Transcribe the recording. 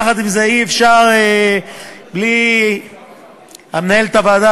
יחד עם זה אי-אפשר בלי מנהלת הוועדה